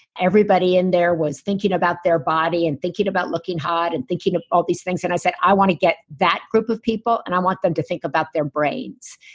everybody in there was thinking about their body, and thinking about looking hot, and thinking of all these things, and i said, i want to get that group of people, and i want them to think about their brains,